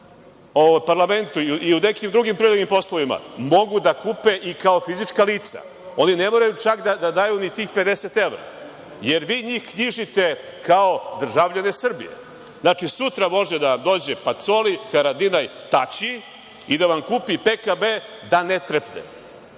parlamentu i u nekim drugim privrednim poslovima mogu da kupe kao fizička lica. Oni ne moraju čak da daju ni tih 50 evra, jer vi njih knjižite kao državljane Srbije. Znači, sutra može da dođe Pacoli, Haradinaj, Tači i da vam kupi PKB, da ne trepne.